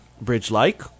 Bridge-like